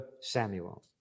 Samuel